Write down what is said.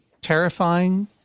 terrifying